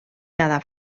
cada